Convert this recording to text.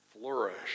flourish